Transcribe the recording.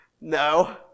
No